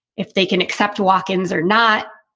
if they can accept walk-ins or not,